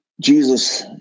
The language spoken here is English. Jesus